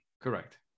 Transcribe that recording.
Correct